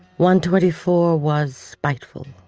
one twenty four was spiteful,